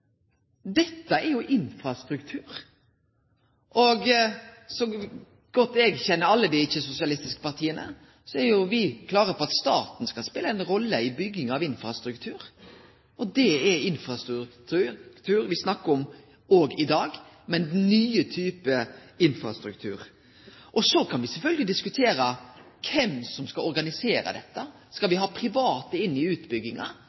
Dette er jo infrastruktur. Slik eg kjenner alle dei ikkje-sosialistiske partia, er jo me klare på at staten skal spele ei rolle i bygging av infrastruktur. Og det er infrastruktur me snakkar om òg i dag, men nye typar infrastruktur. Så kan me sjølvsagt diskutere kven som skal organisere dette. Skal me ha private inn i utbygginga?